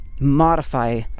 Modify